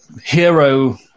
hero